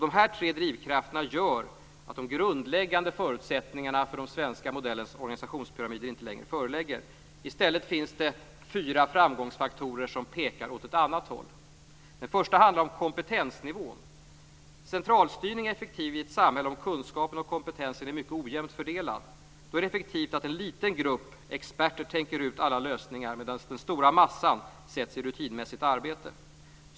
Dessa tre drivkrafter gör att de grundläggande förutsättningarna för den svenska modellens organisationspyramider inte längre föreligger. I stället pekar fyra framgångsfaktorer åt ett annat håll: Den första handlar om kompetensnivån. Centralstyrning är effektiv i ett samhälle om kunskapen och kompetensen är mycket ojämnt fördelad. Då är det effektivt att en liten grupp experter tänker ut alla lösningar, medan den stora massan sätts i rutinmässigt arbete.